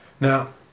Now